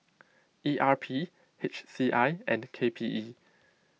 E R P H C I and K P E